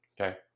okay